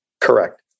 Correct